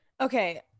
okay